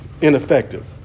ineffective